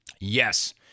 Yes